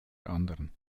anderen